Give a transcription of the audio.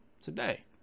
today